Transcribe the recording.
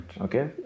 Okay